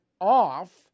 off